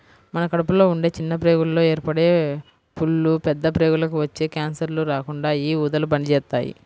మన కడుపులో ఉండే చిన్న ప్రేగుల్లో ఏర్పడే పుళ్ళు, పెద్ద ప్రేగులకి వచ్చే కాన్సర్లు రాకుండా యీ ఊదలు పనిజేత్తాయి